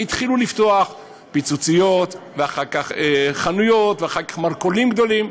התחילו לפתוח פיצוציות ואחר כך חנויות ואחר כך מרכולים גדולים.